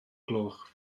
gloch